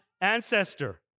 ancestor